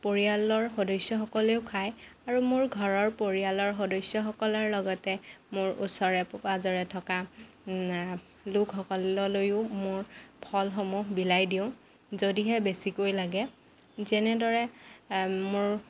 পৰিয়ালৰ সদস্যসকলেও খায় আৰু মোৰ ঘৰৰ পৰিয়ালৰ সদস্যসকলৰ লগতে মোৰ ওচৰে পাঁজৰে থকা লোকসকললৈয়ো মোৰ ফলসমূহ বিলাই দিওঁ যদিহে বেছিকৈ লাগে যেনেদৰে মোৰ